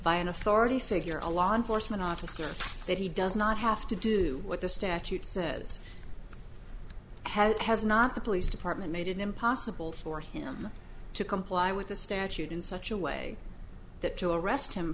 by an authority figure a law enforcement officer that he does not have to do what the statute says had has not the police department made it impossible for him to comply with the statute in such a way that to arrest him